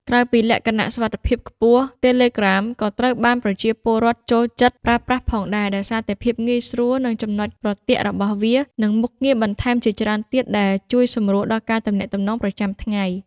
ក្រៅពីលក្ខណៈសុវត្ថិភាពខ្ពស់ Telegram ក៏ត្រូវបានប្រជាពលរដ្ឋចូលចិត្តប្រើប្រាស់ផងដែរ ដោយសារតែ ភាពងាយស្រួល នៃចំណុចប្រទាក់របស់វា និងមុខងារបន្ថែមជាច្រើនទៀតដែលជួយសម្រួលដល់ការទំនាក់ទំនងប្រចាំថ្ងៃ។